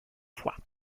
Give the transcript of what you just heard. foix